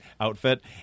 outfit